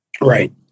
right